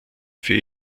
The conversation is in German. für